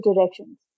directions